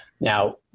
Now